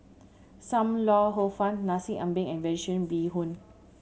Sam Lau Hor Fun Nasi Ambeng and Vegetarian Bee Hoon